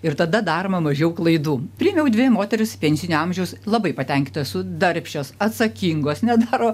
ir tada daroma mažiau klaidų priėmiau dvi moteris pensinio amžiaus labai patenkinta esu darbščios atsakingos nedaro